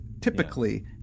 typically